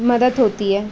मदद होती है